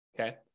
okay